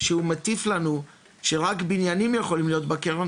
שהוא מטיף לנו שרק בניינים יכולים להיות בקרן,